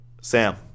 Sam